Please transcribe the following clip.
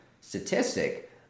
statistic